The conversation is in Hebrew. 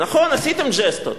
נכון, עשיתם ג'סטות.